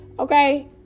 Okay